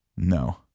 No